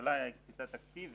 הממשלה קיצצה תקציב,